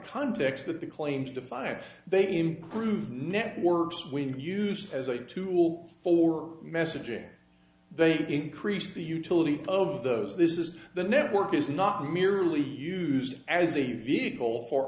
context that the claims defined they improve networks we use as a tool for messaging they increase the utility of those this is the network is not merely used as a vehicle for